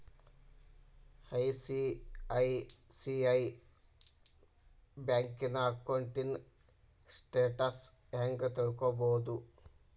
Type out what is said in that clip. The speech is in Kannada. ಐ.ಸಿ.ಐ.ಸಿ.ಐ ಬ್ಯಂಕಿನ ಅಕೌಂಟಿನ್ ಸ್ಟೆಟಸ್ ಹೆಂಗ್ ತಿಳ್ಕೊಬೊದು?